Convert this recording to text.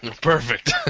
Perfect